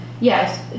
yes